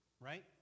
right